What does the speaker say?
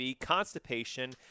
constipation